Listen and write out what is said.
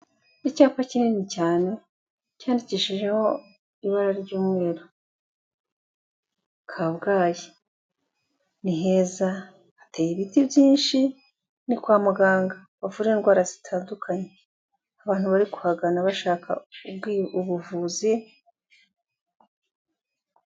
Icyapa kinini cyane cyandikishijeho ibara ry'umweru Kabgayi, ni heza, hateye ibiti byinshi, ni kwa muganga bavura indwara zitandukanye, abantu bari kuhagana bashaka ubuvuzi.